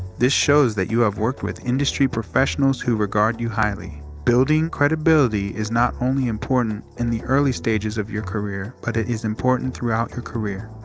this shows that you have worked with industry professionals who regard regard you highly. building credibility is not only important in the early stages of your career, but is important throughout your career.